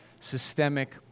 systemic